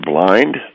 blind